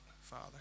Father